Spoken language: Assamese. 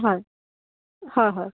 হয় হয় হয়